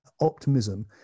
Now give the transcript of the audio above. optimism